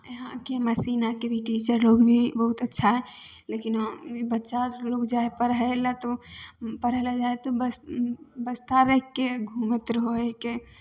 इहाँके मसीनाके भी टीचर लोग भी बहुत अच्छा हइ लेकिन बच्चा आर लोग जाइ हइ पढ़ै लए तऽ ओ पढ़य लए जाइ हइ तऽ बस बस्ता राखिके घुमैत रहय हइके